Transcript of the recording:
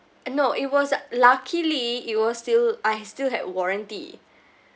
uh no it was luckily it was still I still had warranty